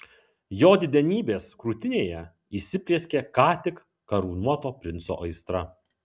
jo didenybės krūtinėje įsiplieskė ką tik karūnuoto princo aistra